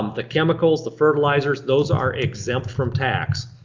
um the chemicals, the fertilizers, those are exempt from tax.